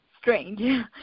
strange